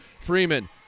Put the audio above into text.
Freeman